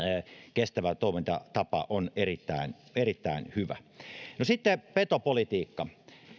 kestävä toimintatapa on erittäin erittäin hyvä no sitten petopolitiikka